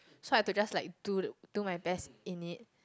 so I do just like do do my best in it